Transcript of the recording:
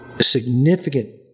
significant